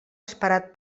esperat